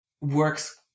works